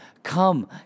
come